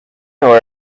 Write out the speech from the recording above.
nor